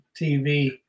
TV